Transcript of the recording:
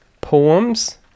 poems